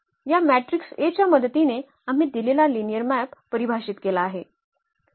या matrix A च्या मदतीने आम्ही दिलेला लिनिअर मॅप परिभाषित केला आहे